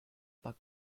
pas